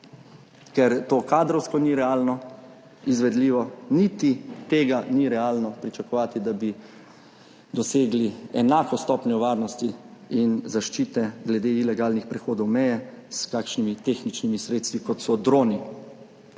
ker to kadrovsko ni realno izvedljivo, niti tega ni realno pričakovati, da bi dosegli enako stopnjo varnosti in zaščite glede ilegalnih prehodov meje s kakšnimi tehničnimi sredstvi, kot so droni.